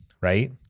right